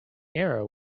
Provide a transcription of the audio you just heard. error